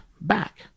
back